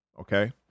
Okay